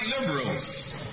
liberals